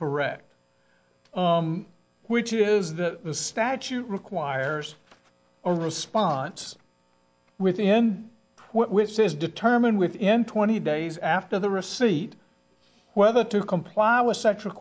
correct which is that the statute requires a response within which says determine within twenty days after the receipt whether to comply with s